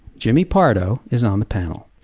jimmy pardo is on the panel.